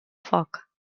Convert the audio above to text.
foc